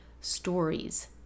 stories